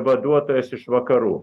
vaduotojas iš vakarų